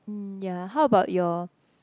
mm ya how about your